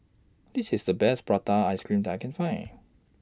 This IS The Best Prata Ice Cream that I Can Find